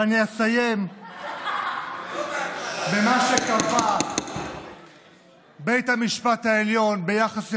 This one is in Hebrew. ואני אסיים במה שקבע בית המשפט העליון ביחס לחוקים,